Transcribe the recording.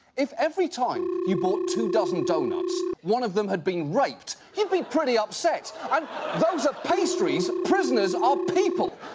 if every time you bought two dozen donuts one of them had been raped, you'd be pretty upset. and those are pastries. prisoners are people.